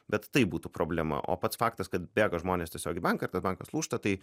bet tai būtų problema o pats faktas kad bėga žmonės tiesiog į banką ir tada bankas lūžta tai